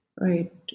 right